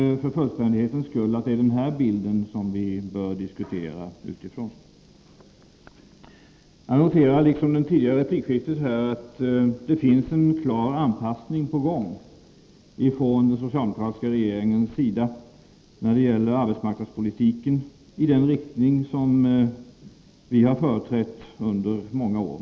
För fullständighetens skull bör även dessa siffror tas med i bilden när vi diskuterar arbetslösheten. Jag noterar i likhet med vad som gjordes i det förra replikskiftet att den socialdemokratiska regeringen är på väg att anpassa arbetsmarknadspolitiken i riktning mot den modell som vi har företrätt under många år.